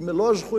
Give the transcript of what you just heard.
עם מלוא הזכויות,